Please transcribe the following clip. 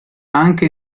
anche